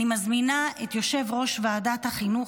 אני מזמינה את יושב-ראש ועדת החינוך,